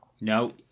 no